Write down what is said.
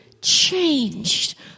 changed